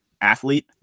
athlete